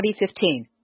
2015